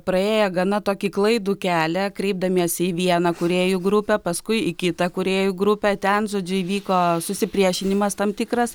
praėję gana tokį klaidų kelią kreipdamiesi į vieną kūrėjų grupę paskui į kitą kūrėjų grupę ten žodžiu įvyko susipriešinimas tam tikras